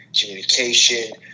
communication